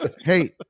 Hey